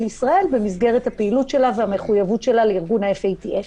ישראל במסגרת הפעילות שלה והמחויבות שלה לארגון ה-FATF.